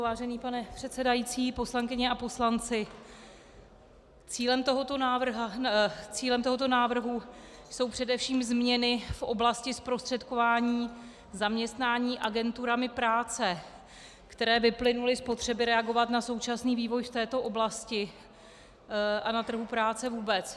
Vážený pane předsedající, poslankyně a poslanci, cílem tohoto návrhu jsou především změny v oblasti zprostředkování zaměstnání agenturami práce, které vyplynuly z potřeby reagovat na současný vývoj v této oblasti a na trhu práce vůbec.